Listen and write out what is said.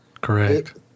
Correct